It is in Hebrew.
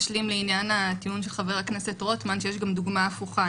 לעניין הטיעון של חבר הכנסת רוטמן שיש גם דוגמה הפוכה.